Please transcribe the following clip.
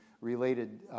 related